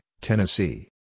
Tennessee